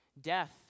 Death